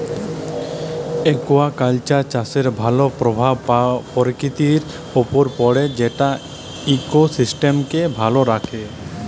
aquaculture চাষের ভালো পরভাব পরকিতির উপরে পড়ে যেট ইকসিস্টেমকে ভালো রাখ্যে